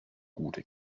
gute